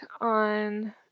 on